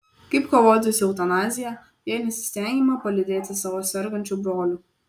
kaip kovoti su eutanazija jei nesistengiama palydėti savo sergančių brolių